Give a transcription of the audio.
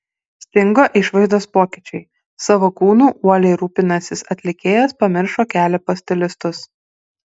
stingo išvaizdos pokyčiai savo kūnu uoliai rūpinęsis atlikėjas pamiršo kelią pas stilistus